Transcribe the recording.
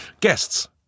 Guests